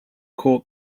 caught